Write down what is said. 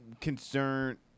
concerned